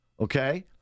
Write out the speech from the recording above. okay